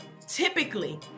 typically